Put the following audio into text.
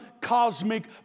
cosmic